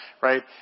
right